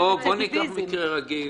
בואו ניקח מקרה רגיל.